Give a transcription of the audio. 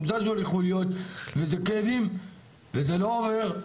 זזו לי חוליות וזה כאבים וזה לא עובר.